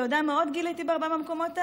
אתה יודע מה עוד גיליתי בהרבה מהמקומות האלה?